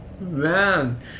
Man